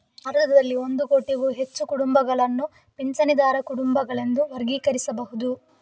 ಭಾರತದಲ್ಲಿ ಒಂದು ಕೋಟಿಗೂ ಹೆಚ್ಚು ಕುಟುಂಬಗಳನ್ನು ಪಿಂಚಣಿದಾರ ಕುಟುಂಬಗಳೆಂದು ವರ್ಗೀಕರಿಸಬಹುದು